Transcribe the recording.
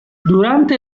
durante